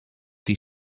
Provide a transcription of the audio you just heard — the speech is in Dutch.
die